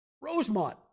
Rosemont